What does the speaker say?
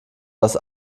das